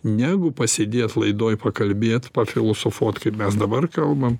negu pasėdėt laidoj pakalbėt pafilosofuot kaip mes dabar kalbam